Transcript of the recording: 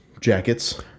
jackets